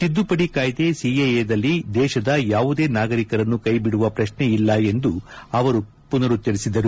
ತಿದ್ದುಪಡಿ ಕಾಯ್ದೆ ಸಿಎಎದಲ್ಲಿ ದೇಶದ ಯಾವುದೇ ನಾಗರಿಕರನ್ನು ಕೈಬಿಡುವ ಪ್ರಶ್ನೆಯಿಲ್ಲ ಎಂದು ಅವರು ಪುನರುಚ್ಚರಿಸಿದರು